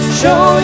show